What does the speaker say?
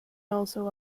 also